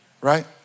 right